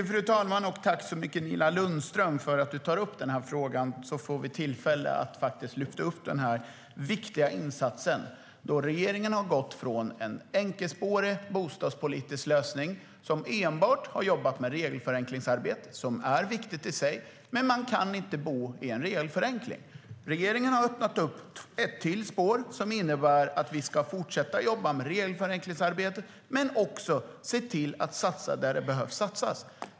Fru talman! Jag tackar Nina Lundström för att hon tar upp frågan så att vi får tillfälle att lyfta fram den här viktiga insatsen. Regeringen har gått från en enkelspårig bostadspolitisk lösning som enbart har fokuserat på regelförenklingsarbetet - det är viktigt i sig, men man kan inte bo i en regelförenkling - till att öppna upp ett till spår. Det innebär att vi ska fortsätta jobba med regelförenklingsarbetet men också se till att satsa där det behöver satsas.